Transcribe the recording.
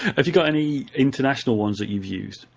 have you got any international ones that you've used?